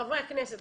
חברי הכנסת,